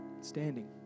Standing